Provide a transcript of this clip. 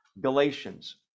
Galatians